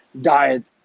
diet